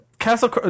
Castle